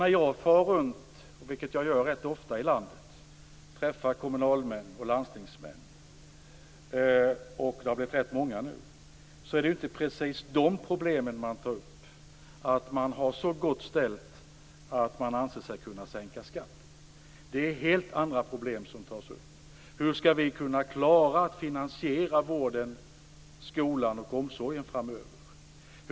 När jag far runt i landet, vilket jag gör rätt ofta, och träffar kommunaloch landstingsmän är det inte precis det problem man tar upp att man har så gott ställt att man anser sig kunna sänka skatten. Det är helt andra problem som tas upp. Hur skall vi kunna klara att finansiera vården, skolan och omsorgen framöver? frågar man.